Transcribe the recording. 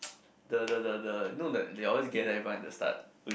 the the the the know the they always gather everyone at the start